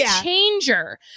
changer